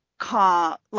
call